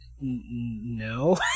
No